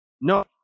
no